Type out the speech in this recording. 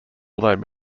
although